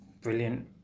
brilliant